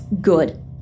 Good